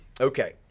Okay